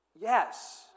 Yes